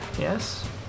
yes